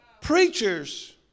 Preachers